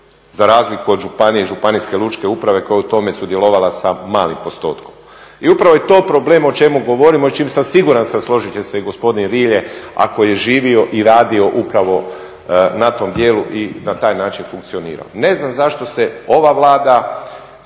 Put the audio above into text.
za razliku od županije i županijske Lučke uprave koja je u tome sudjelovala sa malim postotkom. I upravo je to problem o čemu govorimo i s čim sam siguran sam složit će se i gospodi Rilje a koji je živio i radio upravo na tom dijelu i na taj način funkcionirao. Ne znam zašto se ova Vlada